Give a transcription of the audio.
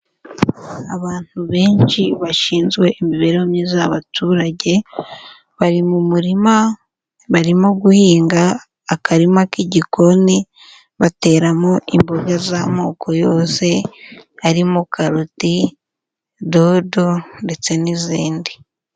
Abantu benshi bashinzwe imibereho myiza abaturage bari mu murima, barimo guhinga akarima k'igikoni bateramo imboga z'amoko yose harimo karoti, dodo ndetse n'izindi.